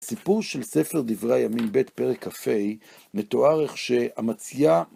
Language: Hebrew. סיפור של ספר דברי הימים ב' פרק כ"ה מתואר איך שאמציה